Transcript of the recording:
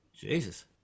Jesus